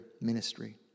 ministry